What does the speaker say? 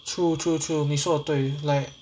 true true true 你说得对 like